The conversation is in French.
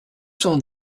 cent